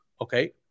Okay